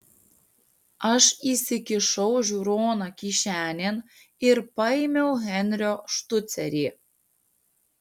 aš įsikišau žiūroną kišenėn ir paėmiau henrio štucerį